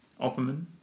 Opperman